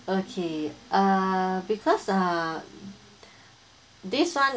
okay uh because ah this one